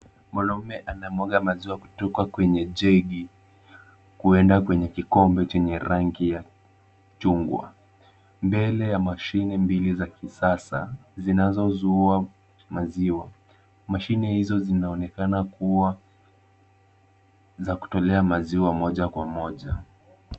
Mwanamume anamwaga maziwa kutoka kwenye jegi kuenda kwenye kikombe chenye rangi ya chungwa. Mbele ya mashine mbili za kisasa zinazozuua maziwa. Mashine hizo zinaonekana kuwa za kutolea maziwa moja kwa moja.